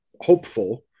hopeful